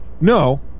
No